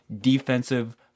defensive